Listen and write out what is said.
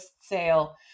sale